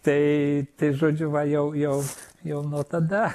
tai tai žodžiu va jau jau jau nuo tada